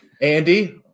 Andy